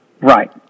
right